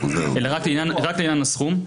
אלא רק לעניין הסכום.